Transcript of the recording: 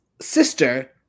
sister